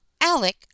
Alec